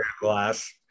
glass